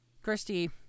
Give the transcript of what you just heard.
Christy